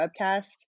webcast